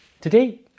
Today